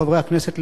חברי הכנסת,